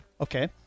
Okay